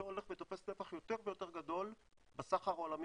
זה הולך ותופס נפח יותר ויותר גדול בסחר העולמי